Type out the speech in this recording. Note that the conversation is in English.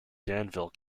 danville